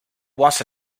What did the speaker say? was